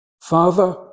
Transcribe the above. Father